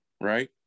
right